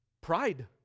Pride